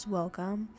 welcome